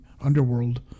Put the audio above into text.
Underworld